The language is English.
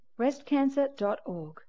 Breastcancer.org